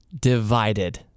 divided